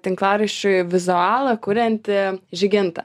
tinklaraščiui vizualą kurianti žyginta